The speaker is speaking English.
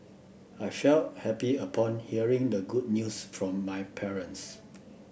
I felt happy upon hearing the good news from my parents